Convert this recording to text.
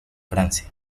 francia